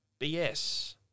BS